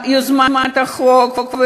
יוזמת חוק,